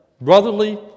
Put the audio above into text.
brotherly